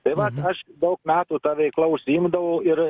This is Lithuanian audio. tai vat aš daug metų ta veikla užsiimdavau ir